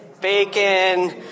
bacon